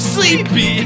Sleepy